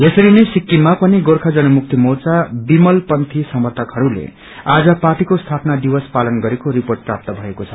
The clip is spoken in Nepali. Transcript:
यसरी नै सिक्रिममा पनि गोर्खा जनमुक्ति मोर्चा विमल पंथी समर्थकहरूले आज पार्टीको स्थापना दिवस पालन गरेको रिर्पोट प्राप्त भएको छ